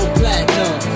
platinum